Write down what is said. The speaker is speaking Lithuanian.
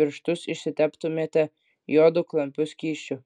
pirštus išsiteptumėte juodu klampiu skysčiu